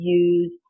use